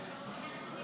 אני